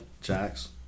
Jax